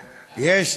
יש,